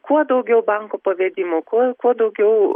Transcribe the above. kuo daugiau banko pavedimų kuo kuo daugiau